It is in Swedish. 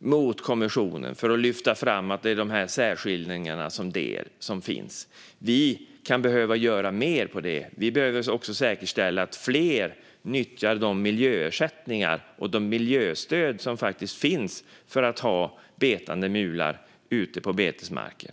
mot kommissionen för att lyfta fram att de här särskiljningarna finns. Vi kan behöva göra mer gällande det. Vi behöver också säkerställa att fler nyttjar de miljöersättningar och de miljöstöd som faktiskt finns för att ha betande mular ute på betesmarker.